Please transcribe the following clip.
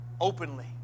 openly